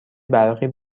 برقی